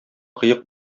кыек